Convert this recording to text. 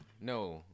No